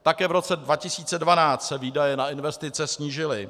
Také v roce 2012 se výdaje na investice snížily.